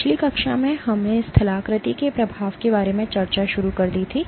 पिछली कक्षा में हमने स्थलाकृति के प्रभाव के बारे में चर्चा शुरू कर दी थी